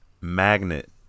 magnet